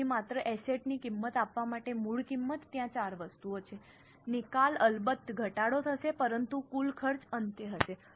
તેથી માત્ર એસેટ ની કિંમત આપવા માટે મૂળ કિંમત ત્યાં ચાર વસ્તુઓ છે નિકાલ અલબત્ત ઘટાડો થશે પરંતુ કુલ ખર્ચ અંતે હશે